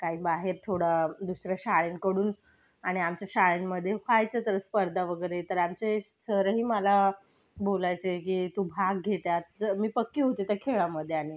काही बाहेर थोडा दुसऱ्या शाळेकडून आणि आमच्या शाळेमध्ये व्हायच्या स्पर्धा वगैरे तर आमचे सरही मला बोलायचे की तू भाग घे त्यात मी पक्की होती त्या खेळामध्ये आणि